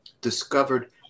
discovered